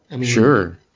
Sure